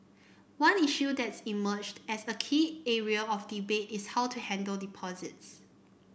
one issue that's emerged as a key area of debate is how to handle deposits